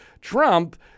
Trump—